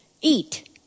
Eat